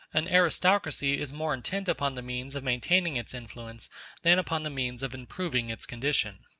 an aristocracy is more intent upon the means of maintaining its influence than upon the means of improving its condition.